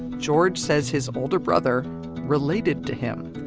george says his older brother relate to him,